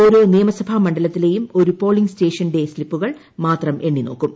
ഓരോ നിയമസഭ മണ്ഡലത്തിലേയും ഒരു പോളിങ് സ്റ്റേഷന്റെ സ്ലിപ്പുകൾ മാത്രം എണ്ണി നോക്കും